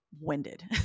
winded